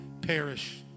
perish